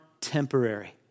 temporary